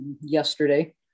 yesterday